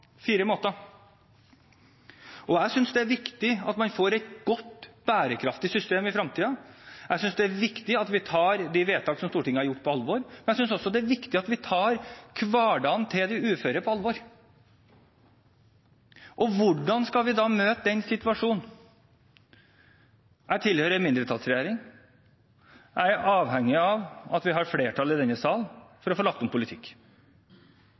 Jeg synes det er viktig at man får et godt, bærekraftig system i fremtiden. Jeg synes det er viktig at vi tar de vedtak som Stortinget har gjort, på alvor. Men jeg synes også det er viktig at vi tar hverdagen til de uføre på alvor. Og hvordan skal vi møte den situasjonen? Jeg tilhører en mindretallsregjering. Jeg er avhengig av at vi har flertall i denne sal for å få lagt om politikk,